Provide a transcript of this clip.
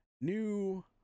new